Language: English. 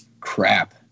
Crap